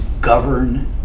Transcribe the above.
govern